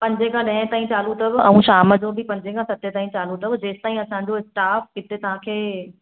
पंजे खां ॾहें ताईं चालू अथव ऐं शाम जो बि पंजे खां सते ताईं चालू अथव जेंसि ताईं असांजो स्टाफ हिते तव्हांखे